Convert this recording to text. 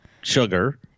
sugar